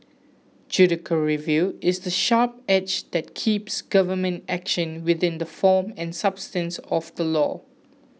review is the sharp edge that keeps government action within the form and substance of the law